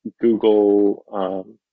Google